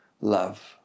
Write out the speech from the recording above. love